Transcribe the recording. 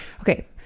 Okay